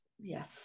yes